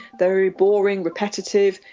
very boring, repetitive,